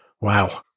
Wow